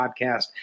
podcast